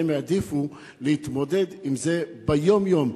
הן העדיפו להתמודד עם זה ביום-יום.